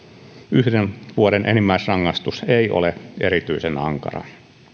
yhden vuoden enimmäisrangaistus ei ole erityisen ankara